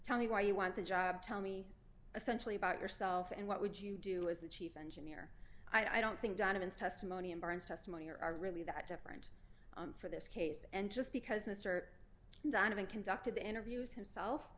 tell me why you want the job tell me essential about yourself and what would you do as the chief engineer i don't think donovan's testimony and burns testimony are are really that different for this case and just because mr donovan conducted the interviews himself